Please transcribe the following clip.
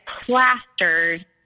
plastered